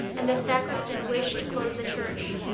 and the sacristan wished to close the church.